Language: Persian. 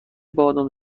بادام